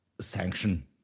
sanction